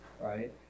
right